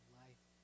life